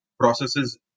processes